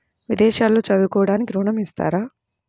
విదేశాల్లో చదువుకోవడానికి ఋణం ఇస్తారా?